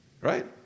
Right